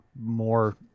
more